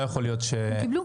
הם קיבלו.